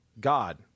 God